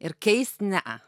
ir keist ne a